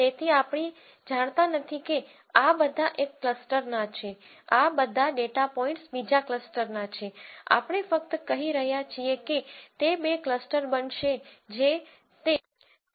તેથી આપણે જાણતા નથી કે આ બધા એક ક્લસ્ટરના છે આ બધા ડેટા પોઇન્ટ્સ બીજા ક્લસ્ટરના છે આપણે ફક્ત કહી રહ્યા છીએ કે તે બે ક્લસ્ટર બનશે જે તે છે